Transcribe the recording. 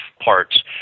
parts